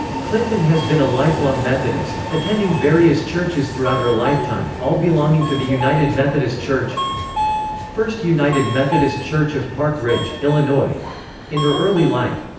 clinton has been a lifelong methodist, attending various churches throughout her lifetime all belonging to the united methodist church first united methodist church of park ridge, illinois in her early life,